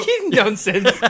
Nonsense